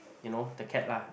you know the cat lah